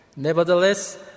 Nevertheless